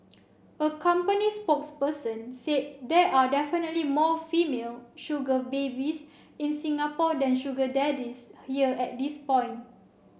a company spokesperson said there are definitely more female sugar babies in Singapore than sugar daddies here at this point